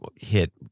hit